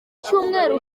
cyumweru